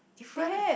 different